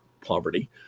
poverty